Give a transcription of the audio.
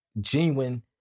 genuine